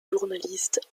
journalistes